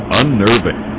unnerving